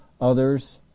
Others